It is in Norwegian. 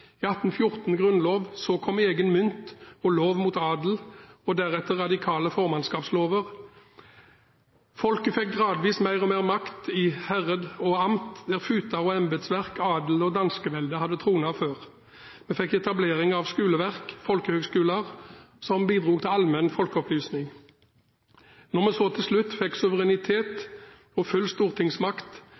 i 1814 grunnlov. Så kom egen mynt, lov mot adel og deretter radikale formannskapslover. Folket fikk gradvis mer og mer makt i herred og amt, der futer og embetsverk, adel og danskevelde hadde tronet før. Vi fikk etablering av skoleverk og folkehøgskoler som bidro til allmenn folkeopplysning. Når vi så til slutt fikk suverenitet og full stortingsmakt